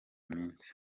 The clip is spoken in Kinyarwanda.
minsi